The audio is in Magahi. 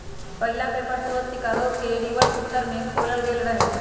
पहिला पेपर स्रोत शिकागो के रिवर उत्तर में खोलल गेल रहै